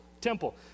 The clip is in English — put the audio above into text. Temple